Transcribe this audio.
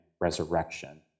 resurrection